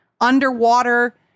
underwater